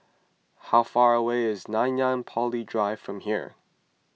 how far away is Nanyang Poly Drive from here